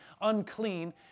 unclean